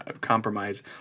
compromise